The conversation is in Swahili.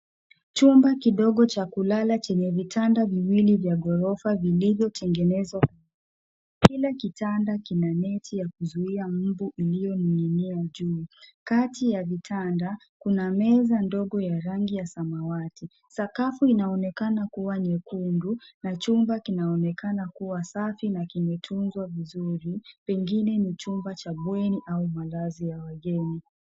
Chumba kidogo cha kulala chenye vitanda viwili vya ghorofa vilivyotengenezwa. Kila kitanda kina nyeti ya kuzuia mbu iliyoninginia juu. Kati ya vitanda kuna meza ndogo ya rangi ya zamayati. Sakafu inaonekana kuwa nyekundu na chumba kinaonekana kuwa safi na kimetunzwa vizuri pengine ni chumba cha bweni au malazi ya wageni.